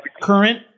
current